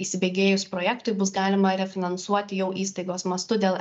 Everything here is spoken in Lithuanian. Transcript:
įsibėgėjus projektui bus galima refinansuoti jau įstaigos mastu dėl